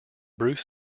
bruce